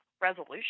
resolution